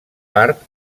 part